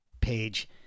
page